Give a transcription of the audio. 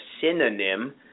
synonym